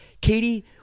Katie